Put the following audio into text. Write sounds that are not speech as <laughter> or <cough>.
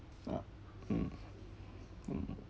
<noise> mm mm